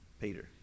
Peter